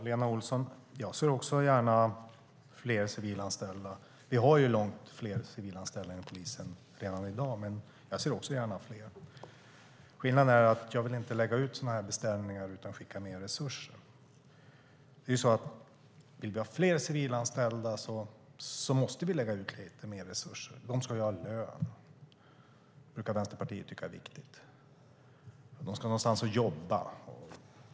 Herr talman! Jag ser också gärna fler civilanställda, Lena Olsson. Vi har långt fler civilanställda inom polisen redan i dag, men jag ser också gärna fler. Skillnaden är att jag inte vill lägga ut sådana här beställningar utan att skicka med resurser. Det är ju så att vill vi ha fler civilanställda måste vi lägga ut lite mer resurser. De ska ju ha lön. Det brukar Vänsterpartiet tycka är viktigt. De ska ha någonstans att jobba.